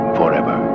forever